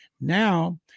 Now